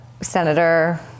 Senator